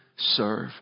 Serve